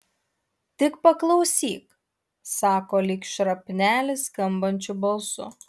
tik paklausyk sako lyg šrapnelis skambančiu balsu